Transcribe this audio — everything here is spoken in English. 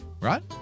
Right